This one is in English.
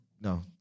no